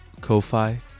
Ko-Fi